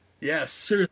Yes